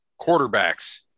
Quarterbacks